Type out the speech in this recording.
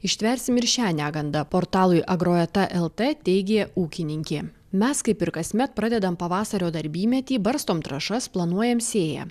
ištversim ir šią negandą portalui agroeta lt teigė ūkininkė mes kaip ir kasmet pradedam pavasario darbymetį barstom trąšas planuojam sėją